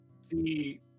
see